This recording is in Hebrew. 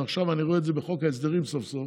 ועכשיו אני רואה את זה בחוק ההסדרים סוף-סוף: